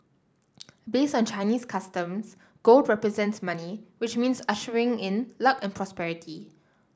based on Chinese customs gold represents money which means ushering in luck and prosperity